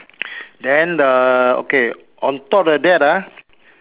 then err okay on top of that ah